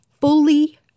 fully